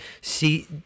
See